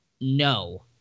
No